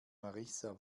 marissa